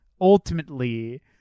ultimately